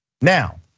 Now